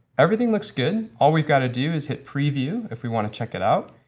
everything looks good. all we've got to do is hit preview if we want to check it out.